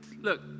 look